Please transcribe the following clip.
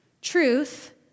truth